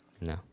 No